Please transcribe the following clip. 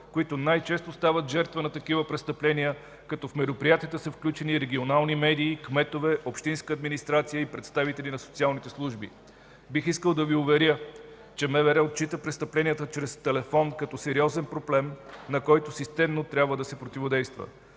които най-често стават жертва на такива престъпления, като в мероприятията са включени и регионални медии, кметове, общинска администрация и представители на социалните служби. Бих искал да Ви уверя, че МВР отчита престъпленията чрез телефон като сериозен проблем, на който системно трябва да се противодейства.